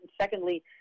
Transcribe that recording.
secondly